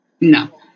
No